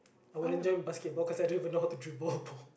I wouldn't join basketball cause I don't even know how to dribble a ball